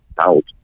out